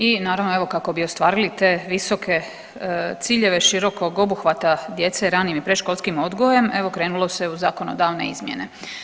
I naravno evo kako bi ostvarili te visoke ciljeve širokog obuhvata djece ranim i predškolskim odgojem evo krenulo se u zakonodavne izmjene.